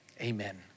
Amen